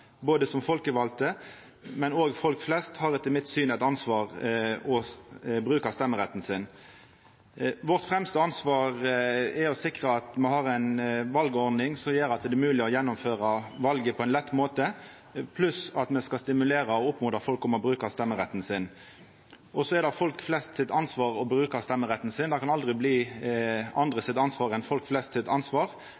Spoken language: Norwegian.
som er folkevalde, men òg folk flest har etter mitt syn eit ansvar for å bruka stemmeretten sin. Vårt fremste ansvar er å sikra at me har ei valordning som gjer at det er mogleg å gjennomføra valet på ein lett måte, pluss at me skal stimulera og oppmoda folk til å bruka stemmeretten sin. Så er det ansvaret til folk flest å bruka stemmeretten sin – det kan aldri bli ansvaret til andre